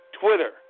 Twitter